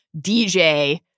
DJ